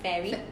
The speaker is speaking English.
ferry